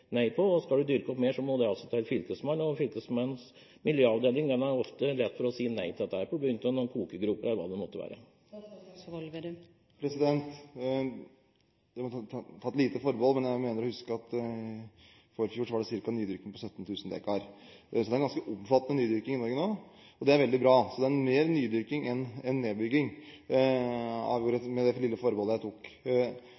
nei på. Skal du dyrke opp mer, må det altså til Fylkesmannen, og Fylkesmannens miljøvernavdeling har ofte lett for å si nei til dette på grunn av noen kokegroper eller hva det måtte være. Jeg må ta et lite forbehold, men jeg mener å huske at i forfjor var nydyrkingen på ca. 17 000 dekar. Det er en ganske omfattende nydyrking i Norge nå, og det er veldig bra, så det er mer nydyrking enn nedbygging